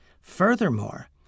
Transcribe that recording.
Furthermore